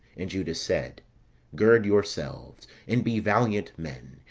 and judas said gird yourselves, and be valiant men,